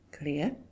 clear